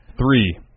Three